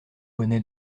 bonnets